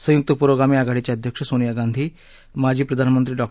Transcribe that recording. संयुक्त पुरोगामी आघाडीच्या अध्यक्ष सोनिया गांधी माजी प्रधानमंत्री डाँ